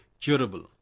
curable